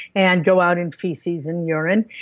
and go out in feces and urine,